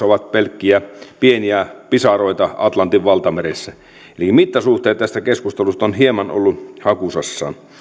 ovat pelkkiä pieniä pisaroita atlantin valtameressä eli mittasuhteet tässä keskustelussa ovat hieman olleet hakusessaan